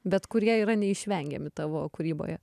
bet kurie yra neišvengiami tavo kūryboje